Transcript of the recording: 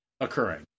occurring